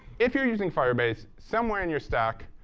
if you're using firebase somewhere in your stack,